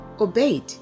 obeyed